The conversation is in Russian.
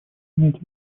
принятие